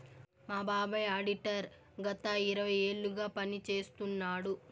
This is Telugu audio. మా బాబాయ్ ఆడిటర్ గత ఇరవై ఏళ్లుగా పని చేస్తున్నాడు